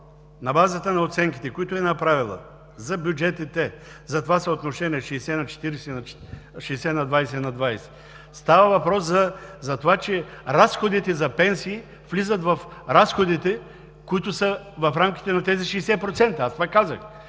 На базата на оценките, които е направила за бюджетите, за съотношението 60 на 20 на 20, става въпрос за това, че разходите за пенсии влизат в разходите, които са в рамките на тези 60%. Аз това казах.